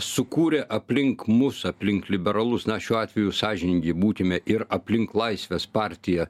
sukūrė aplink mus aplink liberalus na šiuo atveju sąžiningi būkime ir aplink laisvės partiją